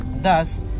Thus